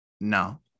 no